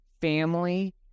family